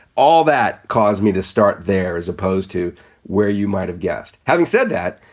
all that caused me to start there as opposed to where you might have guessed. having said that,